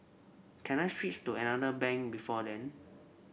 can I switch to another bank before then